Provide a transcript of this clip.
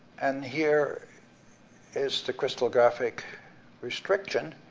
and here is the crystallographic restriction.